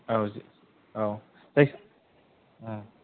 औ औ जयखिया